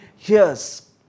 years